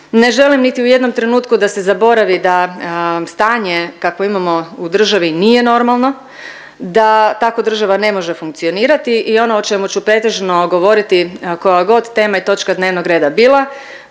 ne želim niti u jednom trenutku da se zaboravi da stanje kakvo imamo u državi nije normalno, da tako država ne može funkcionirati i ono o čemu ću pretežno govoriti koja god tema i točka dnevnog reda bila,